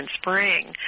spring